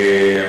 תמיד.